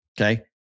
Okay